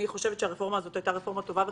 אני חושבת שהרפורמה הזאת הייתה רפורמה טובה וחשובה.